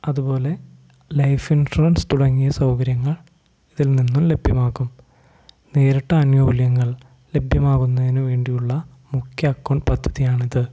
അതുപോലെ life insurance തുടങ്ങിയ സൗകര്യങ്ങൾ ഇതിൽ നിന്നും ലഭ്യമാകും നേരിട്ടാനുകൂല്യങ്ങൾ ലഭ്യമാകുന്നതിനു വേണ്ടിയുള്ള മുഖ്യ അക്കൗണ്ട് പദ്ധതിയാണിത്